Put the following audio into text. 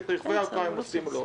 ואת רכבי היוקרה הם עושים לא.